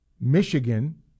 Michigan